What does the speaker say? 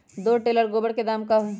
दो टेलर गोबर के दाम का होई?